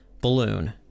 Balloon